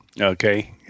Okay